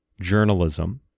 journalism